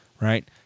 right